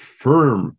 firm